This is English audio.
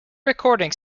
recording